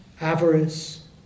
avarice